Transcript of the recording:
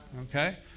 okay